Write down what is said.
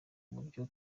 uburyo